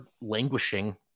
languishing